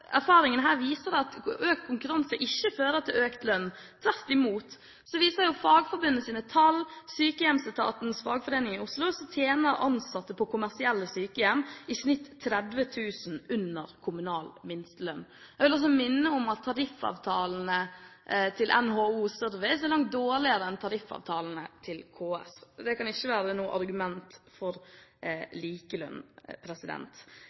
erfaringene her viser at økt konkurranse ikke fører til økt lønn. Tvert imot viser tall fra Fagforbundet Sykehjemsetatens Fagforening i Oslo at ansatte på kommersielle sykehjem i snitt tjener 30 000 kr under kommunal minstelønn. Jeg vil også minne om at tariffavtalene til NHO Service er langt dårligere enn tariffavtalene til KS, og det kan ikke være noe argument for